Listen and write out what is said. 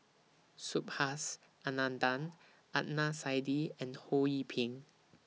Subhas Anandan Adnan Saidi and Ho Yee Ping